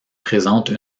présente